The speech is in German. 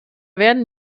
werden